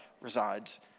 resides